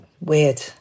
weird